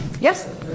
yes